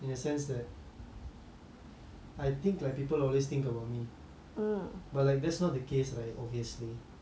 I think like people always think about me but like that's not the case right obviously like everyone has their own life to handle